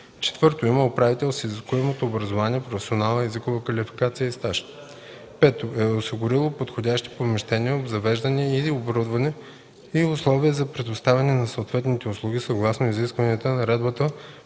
стаж; 4. има управител с изискуемото образование, професионална, езикова квалификация и стаж; 5. е осигурило подходящи помещения, обзавеждане и оборудване и условия за предоставяне на съответните услуги съгласно изискванията на наредбата